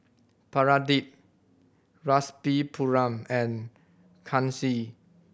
Pradip Rasipuram and Kanshi